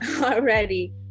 already